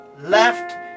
left